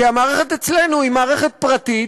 כי המערכת אצלנו היא מערכת פרטית,